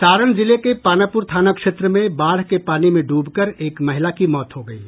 सारण जिले के पानापुर थाना क्षेत्र में बाढ़ के पानी में डूबकर एक महिला की मौत हो गयी